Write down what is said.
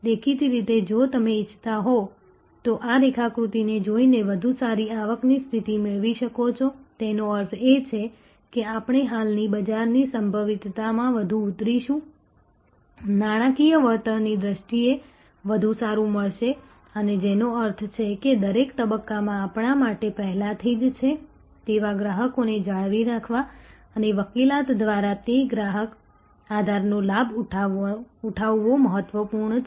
દેખીતી રીતે જો તમે ઇચ્છતા હો તો આ રેખાકૃતિને જોઈને વધુ સારી આવકની સ્થિતિ મેળવી શકો છો તેનો અર્થ એ છે કે આપણે હાલની બજારની સંભવિતતામાં વધુ ઉતરીશું નાણાકીય વળતરની દ્રષ્ટિએ વધુ સારું મળશે અને જેનો અર્થ છે કે દરેક તબક્કામાં આપણા માટે પહેલાથી જ છે તેવા ગ્રાહકોને જાળવી રાખવા અને વકીલાત દ્વારા તે ગ્રાહક આધારનો લાભ ઉઠાવવો મહત્વપૂર્ણ છે